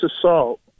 assault